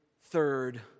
third